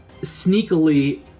sneakily